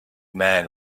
man